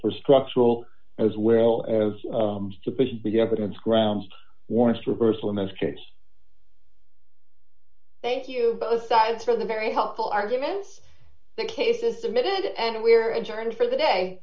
for structural as well as to push be evidence grounds warrants reversal in this case thank you both sides for the very helpful arguments the cases submitted and we're adjourned for the day